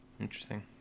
Interesting